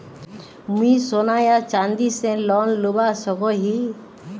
मुई सोना या चाँदी से लोन लुबा सकोहो ही?